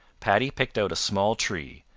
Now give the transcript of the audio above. paddy picked out a small tree,